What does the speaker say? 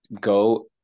go